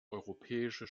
europäische